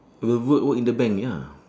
I will work work in the bank ya